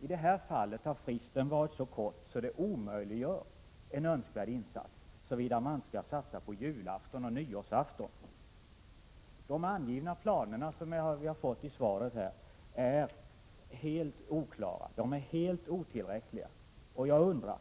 I det här fallet har fristen varit så kort att det omöjliggör en nödvändig insats, såvida man inte skall satsa på julafton och nyårsafton. De planer som anges i svaret är helt oklara och otillräckliga. Jag undrar: